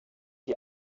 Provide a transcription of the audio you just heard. die